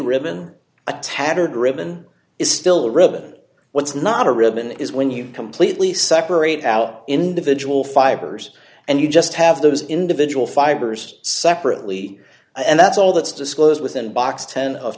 ribbon a tattered ribbon is still ribbon what's not a ribbon is when you completely separate out individual fibers and you just have those individual fibers separately and that's all that's disclosed within box ten of